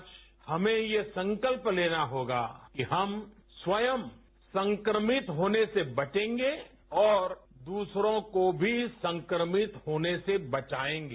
आज हमें यह संकल्प लेना होगा कि हम स्वयं संक्रमित होने से बचेंगे और दूसरों को भी संक्रमित होने से बचायेंगे